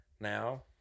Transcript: now